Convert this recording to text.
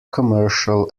commercial